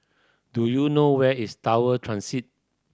do you know where is Tower Transit